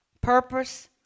Purpose